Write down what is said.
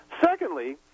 Secondly